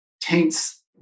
taints